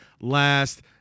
last